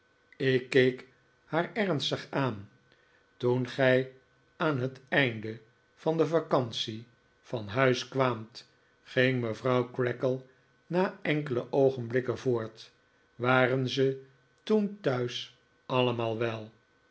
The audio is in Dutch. ik keek haar ernstig aan toen gij aan het einde van de vacantie van huis kwaamt ging mevrouw creakle na enkele oogenblikken voort waren ze toen thuis allemaal wel